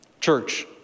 Church